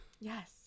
Yes